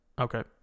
Okay